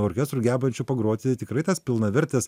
orkestrų gebančių pagroti tikrai tas pilnavertes